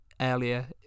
earlier